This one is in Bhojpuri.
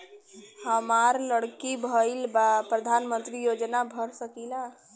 हमार लड़की भईल बा प्रधानमंत्री योजना भर सकीला?